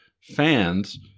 fans